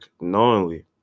knowingly